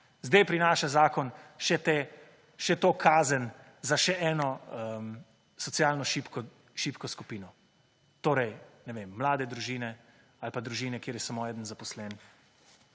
zdaj prinaša zakon še to kazen za še eno socialno šibko skupino, torej, ne vem, mlade družine ali pa družine, kjer je samo en zaposlen